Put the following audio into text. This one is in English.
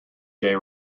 gay